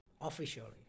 Officially